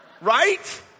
Right